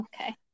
Okay